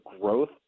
growth